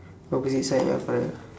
opposite side ya correct